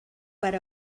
per